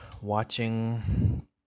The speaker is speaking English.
watching